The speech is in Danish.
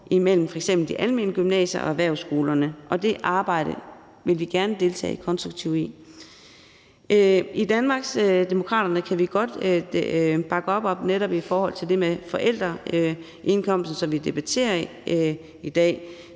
imellem f.eks. de almene gymnasier og erhvervsskolerne, og det arbejde vil vi gerne deltage konstruktivt i. I Danmarksdemokraterne kan vi godt bakke op om det netop i forhold til forældreindkomsten, som vi debatterer i dag.